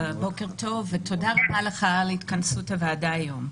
בוקר טוב ותודה רבה לך על התכנסות הוועדה היום.